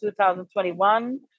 2021